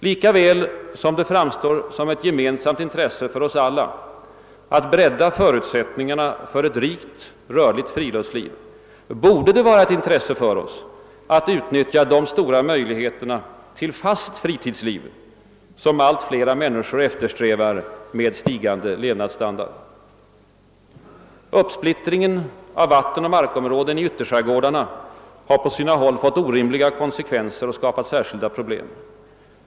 Lika väl som det framstår som ett gemensamt intresse för oss alla att bredda förutsättningarna för ett rikt rörligt friluftsliv borde det vara ett intresse för oss att utnyttja de stora möjligheterna till det fasta fritidsliv som allt fler människor eftersträvar med stigande levnadsstandard. Uppsplittringen av vattenoch markområden i ytterskärgårdarna har på sina håll fått orimliga konsekvenser och skapat särskilda problem.